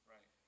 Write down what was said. Right